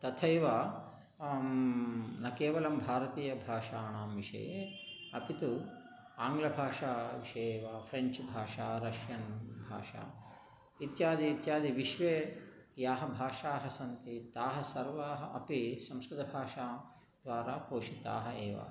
तथैव न केवलं भारतीयभाषाणां विषये अपि तु आङ्ग्लभाषा विषये वा फ़्रेञ्च् भाषा रष्यन् भाषा इत्यादि इत्यादि विश्वे याः भाषाः सन्ति ताः सर्वाः अपि संस्कृतभाषाद्वारा पोषिताः एव